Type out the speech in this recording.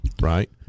right